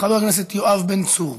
חבר הכנסת יואב בן צור,